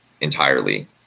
entirely